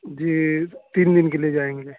جی تین دن کے لیے جائیں گے